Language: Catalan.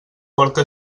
porta